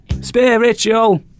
Spiritual